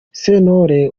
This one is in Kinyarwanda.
sentore